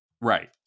Right